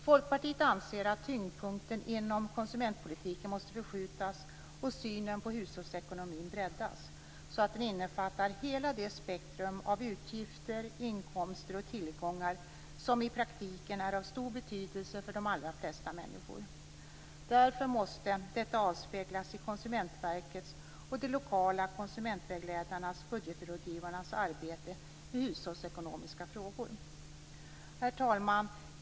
Folkpartiet anser att tyngdpunkten inom konsumentpolitiken måste förskjutas och synen på hushållsekonomin breddas så att den innefattar hela det spektrum av utgifter, inkomster och tillgångar som i praktiken är av stor betydelse för de allra flesta människor. Därför måste detta avspeglas i Konsumentverkets och de lokala konsumentvägledarnas och budgetrådgivarnas arbete med hushållsekonomiska frågor. Herr talman!